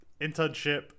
internship